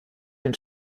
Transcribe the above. den